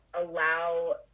allow